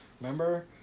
Remember